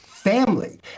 Family